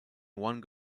one